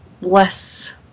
less